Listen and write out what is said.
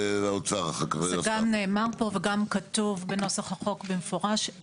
זה גם נאמר פה וגם כתוב בנוסח החוק במפורש.